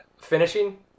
Finishing